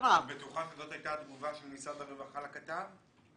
בטוחה שזאת הייתה התגובה של משרד הרווחה לכתב?